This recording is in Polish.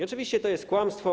Oczywiście to jest kłamstwo.